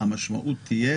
המשמעות של זה תהיה